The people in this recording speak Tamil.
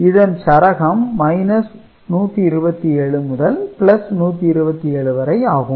இதன் சரகம் 127 முதல் 127 வரை ஆகும்